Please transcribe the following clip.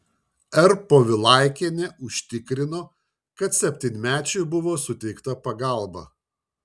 r povilaikienė užtikrino kad septynmečiui buvo suteikta pagalba